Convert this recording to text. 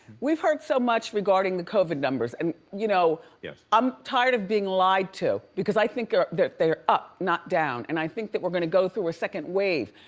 we've heard so much regarding the covid numbers. and you know yeah i'm tired of being lied to because i think they're up, not down and i think that we're gonna go through a second wave.